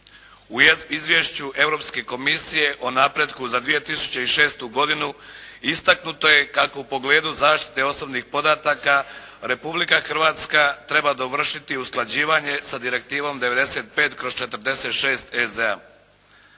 U Izvješću Europske komisije o napretku za 2006. godinu istaknuto je kako u pogledu zaštite osobnih podataka Republika Hrvatska treba dovršiti usklađivanje sa direktivom 95. kroz 46. EZ-a.